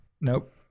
Nope